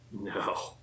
No